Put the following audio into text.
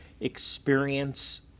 experience